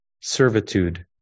servitude